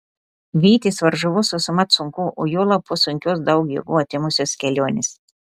vytis varžovus visuomet sunku o juolab po sunkios daug jėgų atėmusios kelionės